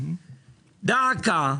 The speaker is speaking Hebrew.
דא עקא,